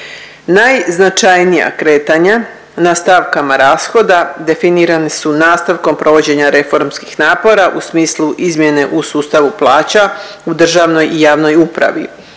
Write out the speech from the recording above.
Najznačajnija kretanja na stavkama rashoda definirani su nastavkom provođenja reformskih napora u smislu izmjene u sustavu plaća u državnoj i javnoj upravi,